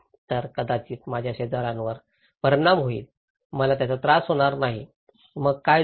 तर कदाचित माझ्या शेजार्यांवर परिणाम होईल मला त्याचा त्रास होणार नाही मग काय झाले